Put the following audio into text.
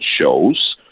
shows